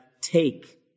take